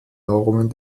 normen